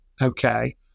okay